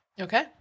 Okay